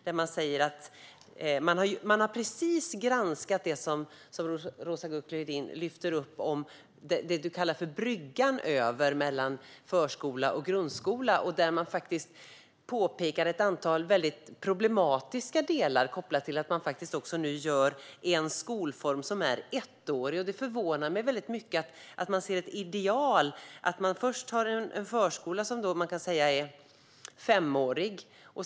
Där lyfter de fram att de precis har granskat det som Roza Güclü Hedin lyfter fram om det som hon kallar bryggan mellan förskola och grundskola. De påpekar ett antal mycket problematiska delar kopplade till att det nu införs en skolform som är ettårig. Det förvånar mig mycket att man ser detta som ett ideal. Först har man en förskola som man kan säga är femårig.